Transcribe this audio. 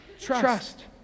trust